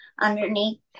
underneath